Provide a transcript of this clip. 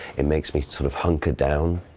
it makes me sort of hunker down,